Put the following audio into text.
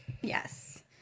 Yes